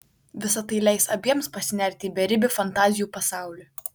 visa tai leis abiems pasinerti į beribį fantazijų pasaulį